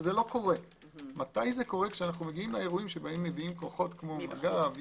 זה קורה כשמגיעים לאירועים שמביאים כוחות כמו מג"ב,